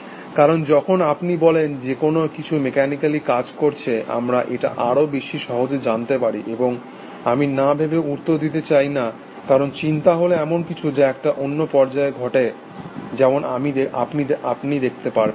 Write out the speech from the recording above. কারণ যখন আপনি বলেন যে কোনো কিছু মেকানিকালি কাজ করছে আমরা এটা আরো বেশি সহজে জানাতে পারি এবং আমি না ভেবে উত্তর দিতে চাই না কারণ চিন্তা হল এমন কিছু যা একটা অন্য পর্যায়ে ঘটে যেমন আপনি দেখতে পাবেন